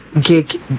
gig